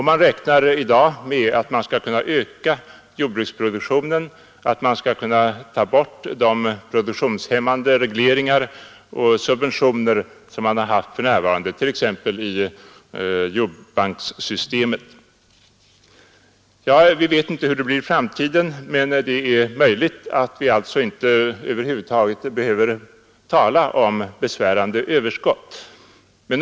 Man räknar i dag med att man skall kunna öka jordbruksproduktionen och ta bort de produktionshämmande regleringar och subventioner som för närvarande finns, t.ex. i jordbanksystemet. Vi vet inte hur det blir i framtiden, men det är alltså möjligt att vi över huvud taget inte behöver tala om besvärande överskott.